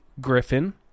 griffin